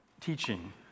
teaching